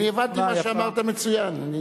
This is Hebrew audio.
אני הבנתי מה שאמרת מצוין.